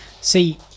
See